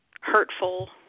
hurtful